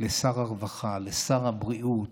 לשר הרווחה, לשר הבריאות: